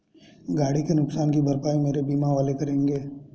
गाड़ी के नुकसान की भरपाई मेरे बीमा वाले करेंगे